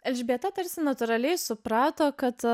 elžbieta tarsi natūraliai suprato kad